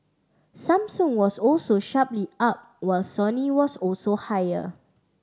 Samsung was also sharply up while Sony was also higher